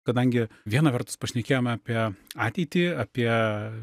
kadangi viena vertus pašnekėjome apie ateitį apie